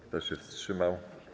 Kto się wstrzymał?